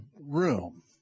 room